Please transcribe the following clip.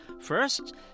First